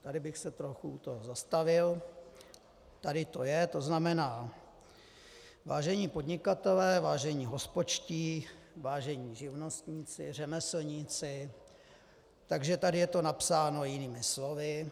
Tady bych se trochu u toho zastavil, tady to je, to znamená, vážení podnikatelé, vážení hospodští, vážení živnostníci, řemeslníci, takže tady je to napsáno jinými slovy.